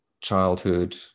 childhood